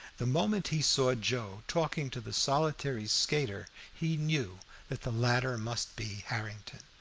the moment he saw joe talking to the solitary skater, he knew that the latter must be harrington,